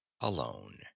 alone